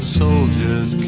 soldiers